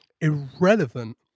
irrelevant